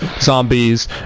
zombies